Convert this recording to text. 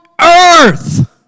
earth